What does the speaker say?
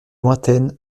lointaine